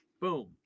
boom